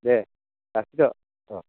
दे लाखिदो अह